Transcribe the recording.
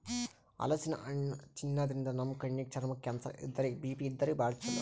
ಹಲಸಿನ್ ಹಣ್ಣ್ ತಿನ್ನಾದ್ರಿನ್ದ ನಮ್ ಕಣ್ಣಿಗ್, ಚರ್ಮಕ್ಕ್, ಕ್ಯಾನ್ಸರ್ ಇದ್ದೋರಿಗ್ ಬಿ.ಪಿ ಇದ್ದೋರಿಗ್ ಭಾಳ್ ಛಲೋ